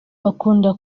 bakunda